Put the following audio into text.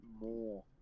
more